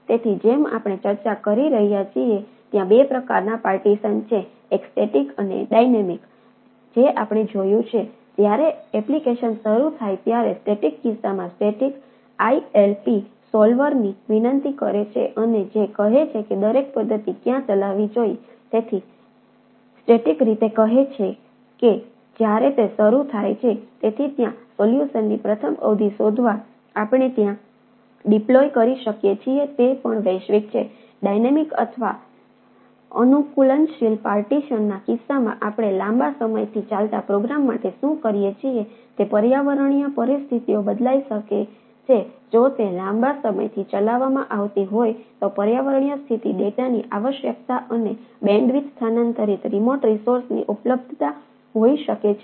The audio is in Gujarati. તેથી જેમ આપણે ચર્ચા કરી રહ્યા છીએ ત્યાં બે પ્રકારના પાર્ટીશન છે એક સ્ટેટીક સ્થાનાંતરિત રીમોટ રિસોર્સની ઉપલબ્ધતા જેવી હોઇ શકે છે